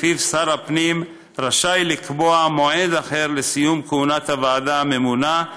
כי שר הפנים רשאי לקבוע מועד אחר לסיום כהונת הוועדה הממונה,